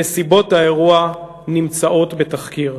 נסיבות האירוע נמצאות בתחקיר.